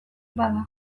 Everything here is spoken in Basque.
bada